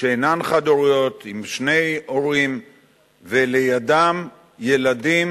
שאינן חד-הוריות עם שני הורים ולידם ילדים,